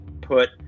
put